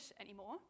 anymore